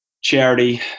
charity